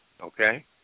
okay